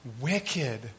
wicked